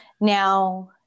Now